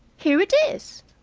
here it is!